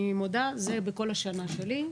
אני מודה, זה בכל השנה שלי.